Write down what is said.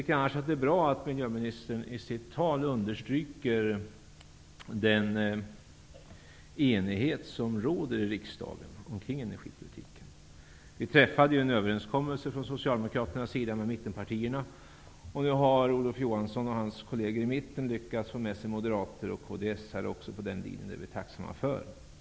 Det är bra att miljöministern underströk i sitt tal den enighet som råder i riksdagen om energipolitiken. Vi träffade från socialdemokraternas sida en överenskommelse med mittenpartierna. Nu har Olof Johansson och hans kolleger i mitten lyckats få med sig moderater och kds:are på den linjen. Det är vi tacksamma för.